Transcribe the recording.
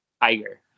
tiger